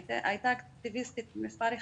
היא הייתה אקטיביסטית מספר אחת,